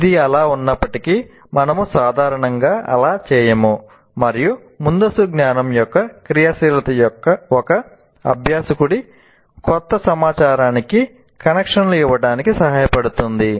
ఇది అలా ఉన్నప్పటికీ మనము సాధారణంగా అలా చేయము మరియు ముందస్తు జ్ఞానం యొక్క క్రియాశీలత ఒక అభ్యాసకుడికి కొత్త సమాచారానికి కనెక్షన్లు ఇవ్వడానికి సహాయపడుతుంది